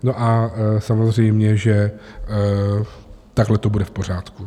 No a samozřejmě, že takto to bude v pořádku.